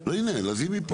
הנה, לזימי פה.